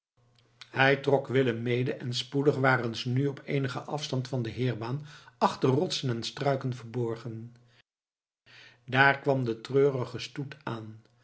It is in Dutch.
hij trok willem mede en spoedig waren ze nu op eenigen afstand van de heerbaan achter rotsen en struiken verborgen daar kwam de treurige stoet aan